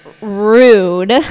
Rude